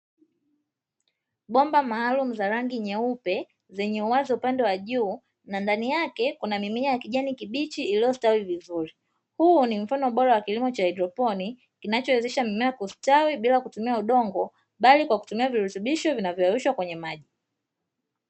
Bomba maalumu za rangi nyeupe zenye uwazi upande wa juu na ndani yake kuna mimea ya kijani kibichi iliyostawi vizuri. Huu ni mfano bora wa kilimo cha haidroponi kinachowezesha mimea kustawi bila kutumia udongo, bali kwa kutumia virutubishio vinavyoyenyushwa kwenye maji.